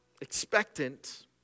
expectant